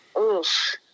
Oof